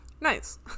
nice